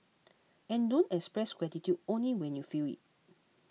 and don't express gratitude only when you feel it